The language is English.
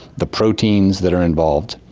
the proteins that are involved.